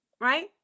right